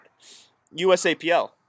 USAPL